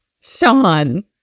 Sean